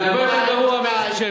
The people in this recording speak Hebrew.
זה הרבה יותר גרוע מאנטישמי.